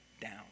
down